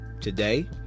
Today